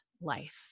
life